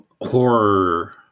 horror